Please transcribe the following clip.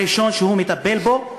הראשון שהוא מטפל בו,